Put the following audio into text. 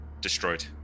destroyed